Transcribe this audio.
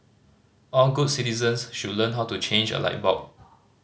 all good citizens should learn how to change a light bulb